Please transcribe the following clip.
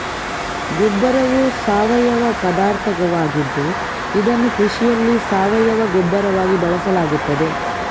ಗೊಬ್ಬರವು ಸಾವಯವ ಪದಾರ್ಥವಾಗಿದ್ದು ಇದನ್ನು ಕೃಷಿಯಲ್ಲಿ ಸಾವಯವ ಗೊಬ್ಬರವಾಗಿ ಬಳಸಲಾಗುತ್ತದೆ